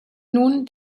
nun